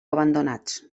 abandonats